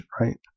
Right